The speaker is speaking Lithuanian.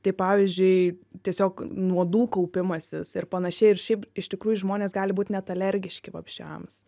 tai pavyzdžiui tiesiog nuodų kaupimasis ir panašiai ir šiaip iš tikrųjų žmonės gali būt net alergiški vabzdžiams